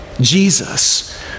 Jesus